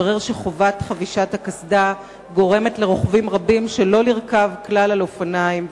מתברר שחובת חבישת קסדה גורמת לרוכבים רבים שלא לרכוב כלל על אופניים,